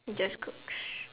just cooks